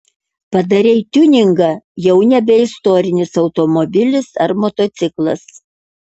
padarei tiuningą jau nebe istorinis automobilis ar motociklas